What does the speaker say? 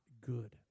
good